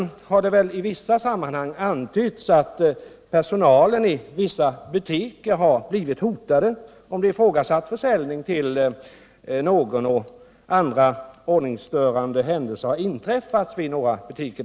I vissa sammanhang har det väl antytts att personalen i somliga butiker har blivit hotad, om försäljning ifrågasatts. Det är också riktigt att andra ordningsstörande händelser har inträffat i några butiker.